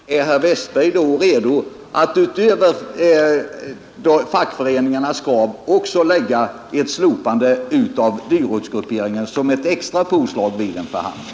Herr talman! Är herr Westberg i Ljusdal då redo att utöver fackföreningarnas krav lägga ett slopande av dyrortsgrupperingen som ett extra påslag vid en förhandling?